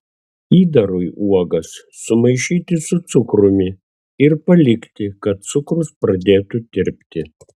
įdarui uogas sumaišyti su cukrumi ir palikti kad cukrus pradėtų tirpti